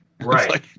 Right